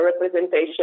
representation